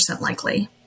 likely